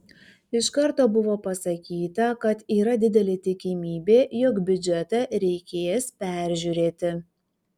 iš karto buvo pasakyta kad yra didelė tikimybė jog biudžetą reikės peržiūrėti